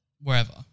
wherever